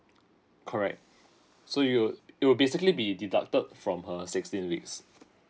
correct so you would it would basically be deducted from her sixteen weeks